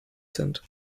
sind